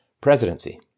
presidency